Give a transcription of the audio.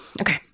Okay